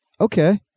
Okay